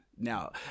Now